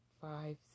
five